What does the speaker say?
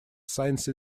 since